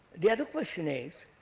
the other question is